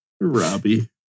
Robbie